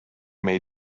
may